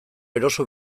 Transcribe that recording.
eroso